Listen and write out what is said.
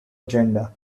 agenda